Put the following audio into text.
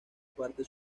parte